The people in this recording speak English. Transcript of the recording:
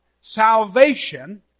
salvation